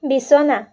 বিছনা